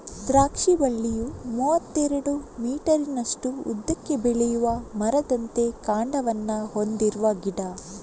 ದ್ರಾಕ್ಷಿ ಬಳ್ಳಿಯು ಮೂವತ್ತೆರಡು ಮೀಟರಿನಷ್ಟು ಉದ್ದಕ್ಕೆ ಬೆಳೆಯುವ ಮರದಂತೆ ಕಾಂಡವನ್ನ ಹೊಂದಿರುವ ಗಿಡ